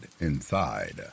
inside